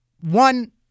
one